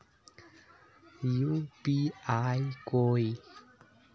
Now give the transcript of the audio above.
UPI कोई